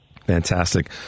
Fantastic